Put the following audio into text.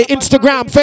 Instagram